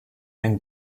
then